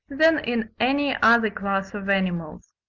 than in any other class of animals.